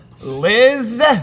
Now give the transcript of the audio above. Liz